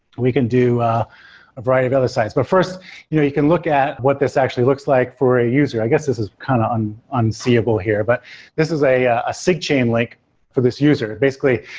we can do a variety of other sites, but first you can look at what this actually looks like for a user. i guess, this is kind of um unseeable here, but this is a ah a cig chain link for this user basically,